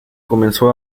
comenzó